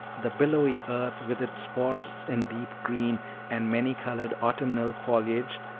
the billowy earth, with its forests in deep green and many-colored, autumnal foliage,